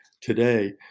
today